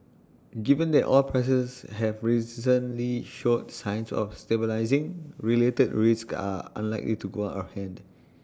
given that oil prices have recently showed signs of stabilising related risks are unlikely to go out of hand